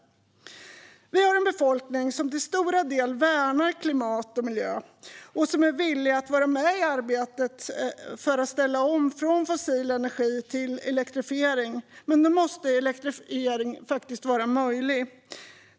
Vi har en befolkning som till stora delar värnar klimat och miljö och som är villig att vara med i arbetet för att ställa om från fossil energi till elektrifiering. Men då måste elektrifieringen faktiskt vara möjlig.